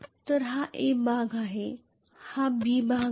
तर हा A भाग आहे आणि हा B भाग आहे